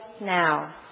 now